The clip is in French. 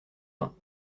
mains